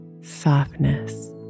softness